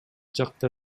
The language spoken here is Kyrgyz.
жакта